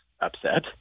upset